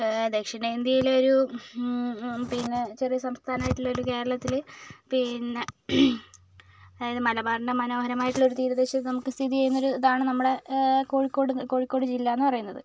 ദക്ഷണേന്ത്യയിലെയൊരു പിന്നെ ചെറിയൊരു സംസഥാനമായിട്ടുള്ളൊരു കേരളത്തിൽ പിന്നെ അതായത് മലബാറിൻ്റെ മനോഹരമായിട്ടുള്ളൊരു തീരദേശത്ത് നമുക്ക് സ്ഥിതി ചെയ്യുന്നൊരു ഇതാണ് നമ്മുടെ കോഴിക്കോട് കോഴിക്കോട് ജില്ലയെന്ന് പറയുന്നത്